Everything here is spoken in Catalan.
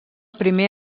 primer